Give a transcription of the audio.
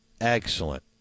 excellent